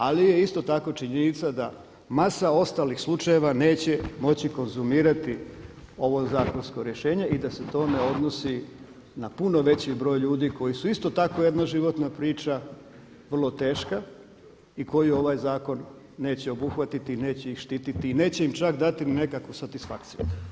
Ali je isto tako činjenica da masa ostalih slučajeva neće moći konzumirati ovo zakonsko rješenje i da se to ne odnosi na puno veći broj ljudi koji su isto tako jedna životna priča vrlo teška i koje ovaj zakon neće obuhvatiti i neće ih štititi i neće im čak dati ni nekakvu satisfakciju.